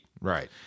right